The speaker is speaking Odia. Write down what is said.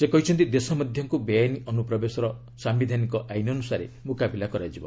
ସେ କହିଛନ୍ତି ଦେଶ ମଧ୍ୟକ୍ତ ବେଆଇନ୍ ଅନୁପ୍ରବେଶର ସାୟିଧାନିକ ଆଇନ୍ ଅନୁସାରେ ମୁକାବିଲା କରାଯିବ